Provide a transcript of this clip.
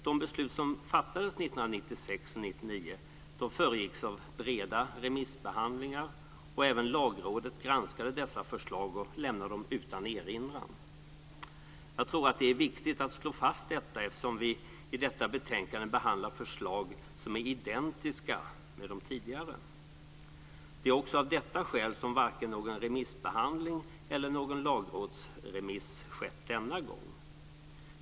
De beslut som fattades 1996 och 1999 föregicks av breda remissbehandlingar, och även Lagrådet granskade dessa förslag och lämnade dem utan erinran. Jag tror att det är viktigt att slå fast detta, eftersom vi i detta betänkande behandlar förslag som är identiska med de tidigare. Det är också av detta skäl som varken någon remissbehandling eller någon lagrådsremiss skett denna gång.